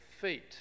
feet